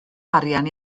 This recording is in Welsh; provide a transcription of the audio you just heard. arian